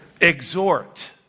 Exhort